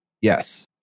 Yes